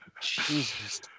Jesus